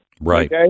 Right